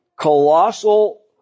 colossal